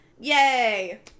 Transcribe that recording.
Yay